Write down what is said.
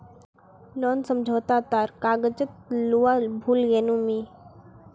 loan समझोता तार कागजात लूवा भूल ले गेनु मि